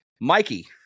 Mikey